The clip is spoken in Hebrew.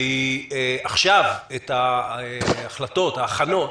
ועכשיו ההכנות